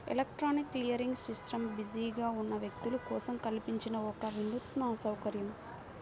electronic clearing system బిజీగా ఉన్న వ్యక్తుల కోసం కల్పించిన ఒక వినూత్న సౌకర్యం